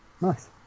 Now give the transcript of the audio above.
Nice